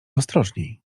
ostrożniej